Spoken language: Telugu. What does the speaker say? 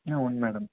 అవును మేడం